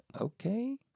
okay